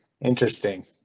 Interesting